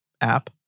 app